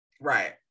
Right